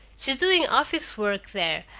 she's doing office work there,